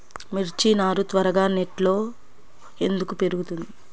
మిర్చి నారు త్వరగా నెట్లో ఎందుకు పెరుగుతుంది?